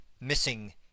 missing